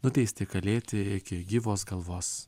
nuteisti kalėti iki gyvos galvos